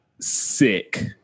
sick